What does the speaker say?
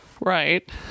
Right